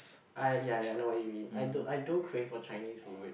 I ya ya I know what you mean I don't I don't crave for Chinese food